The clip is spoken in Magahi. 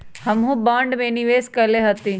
हमहुँ बॉन्ड में निवेश कयले हती